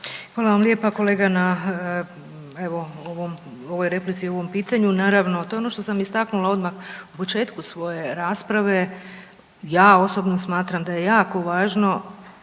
Hvala vam lijepa kolega na evo ovom, ovoj replici, ovom pitanju, naravno to je ono što sam istaknula odmah u početku svoje rasprave. Ja osobno smatram da je jako važno